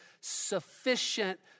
sufficient